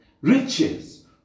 Riches